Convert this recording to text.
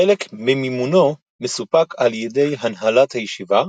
חלק ממימונו מסופק על ידי הנהלת הישיבה,